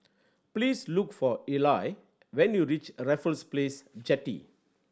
please look for Eli when you reach Raffles Place Jetty